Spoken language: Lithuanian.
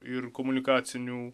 ir komunikacinių